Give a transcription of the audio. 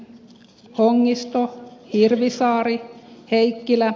salongista hirvisaari heikkilä